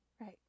Right